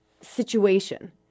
situation